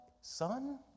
Son